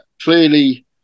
clearly